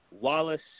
Wallace